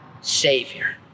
savior